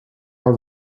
our